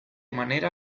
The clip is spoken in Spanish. manera